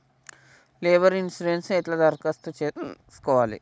Labour insurance ఎట్ల దరఖాస్తు చేసుకోవాలే?